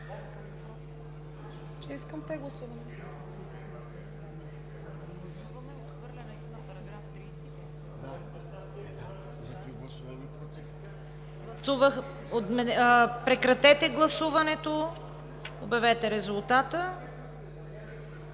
Прекратете гласуването и обявете резултата.